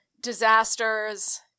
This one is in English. disasters